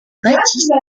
baptiste